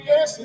Yes